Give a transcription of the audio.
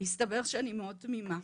מסתבר שאני מאוד תמימה,